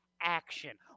action